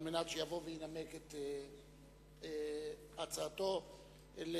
על מנת שיבוא וינמק את הצעתו להצביע